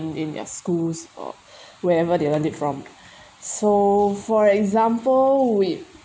in their schools or wherever they learned it from so for example we